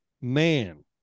man